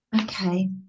Okay